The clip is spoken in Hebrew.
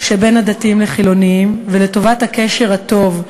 בין הדתיים לחילונים ולטובת הקשר הטוב,